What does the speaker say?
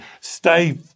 Stay